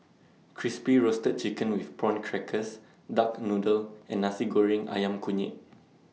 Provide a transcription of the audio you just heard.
Crispy Roasted Chicken with Prawn Crackers Duck Noodle and Nasi Goreng Ayam Kunyit